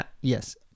Yes